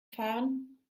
fahren